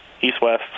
East-West